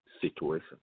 situation